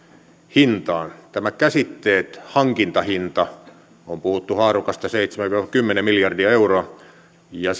hintaan käsitteet hankintahinta on puhuttu haarukasta seitsemän viiva kymmenen miljardia euroa ja